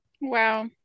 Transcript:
Wow